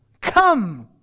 Come